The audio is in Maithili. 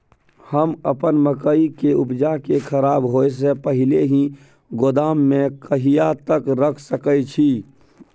हम अपन मकई के उपजा के खराब होय से पहिले ही गोदाम में कहिया तक रख सके छी?